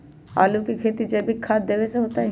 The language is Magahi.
आलु के खेती जैविक खाध देवे से होतई?